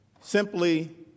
simply